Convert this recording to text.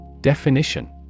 Definition